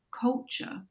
culture